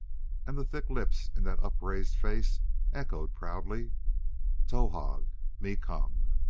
and the thick lips in that upraised face echoed proudly towahg! me come!